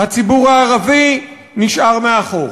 הציבור הערבי, נשאר מאחור.